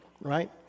right